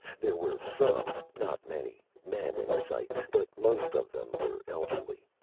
there were some not many men in sight, but most of them were elderly.